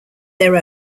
their